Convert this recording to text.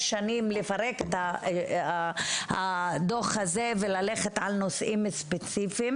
שנים לפרק את הדוח הזה וללכת על נושאים ספציפיים.